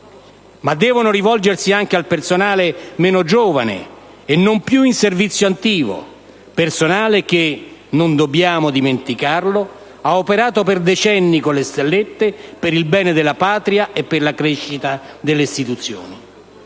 Ma devono rivolgersi anche al personale meno giovane e non più in servizio attivo, personale che, non dobbiamo dimenticarlo, ha operato per decenni con le stellette per il bene della Patria e la crescita delle istituzioni.